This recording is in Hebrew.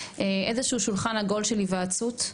להשכלה גבוהה שולחן עגול של היוועצות,